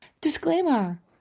Disclaimer